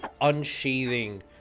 unsheathing